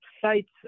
sites